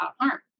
Harm